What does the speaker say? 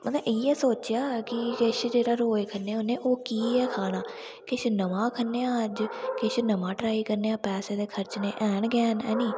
मतलब इ'यै सोचेआ कि किश जेह्ड़ा रोज खन्ने होन्ने ओह् कि गै खाना किश नमां खन्नेआं अज्ज किश नमां ट्राई करने आं पैसे ते खर्चने हैैन गै नां हैनी